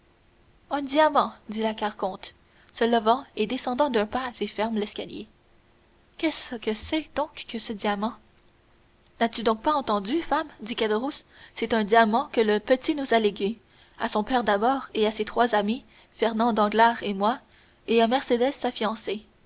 un diamant dit la carconte se levant et descendant d'un pas assez ferme l'escalier qu'est-ce que c'est donc que ce diamant n'as-tu donc pas entendu femme dit caderousse c'est un diamant que le petit nous a légué à son père d'abord à ses trois amis fernand danglars et moi et à mercédès sa